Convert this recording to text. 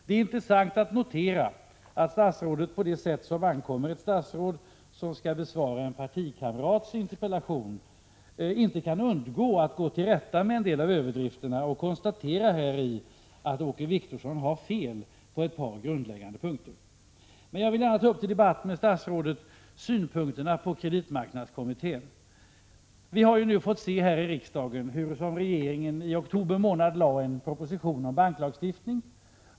Det är intressant att notera att statsrådet på det sätt som ankommer på ett statsråd som skall besvara en partikamrats interpellation inte kan undgå att gå till rätta med vissa av överdrifterna och konstatera att Åke Wictorsson har fel på ett par grundläggande punkter. Jag vill alltså ta upp till debatt med statsrådet synpunkterna på kreditmarknadskommittén. Vi har ju här i riksdagen fått uppleva att regeringen i oktober lade fram en proposition om banklagstiftning.